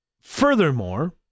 furthermore